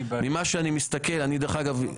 דרך אגב,